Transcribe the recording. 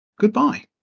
goodbye